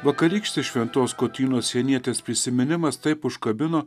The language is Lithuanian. vakarykštis šventos kotrynos sienietės prisiminimas taip užkabino